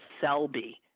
Selby